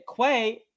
Quay